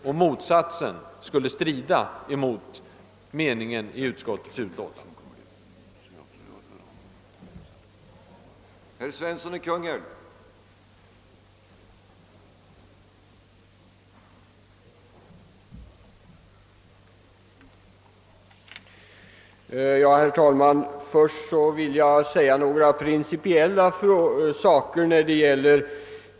Ett motsatt handlande skulle däremot strida mot andan i utlåtandet.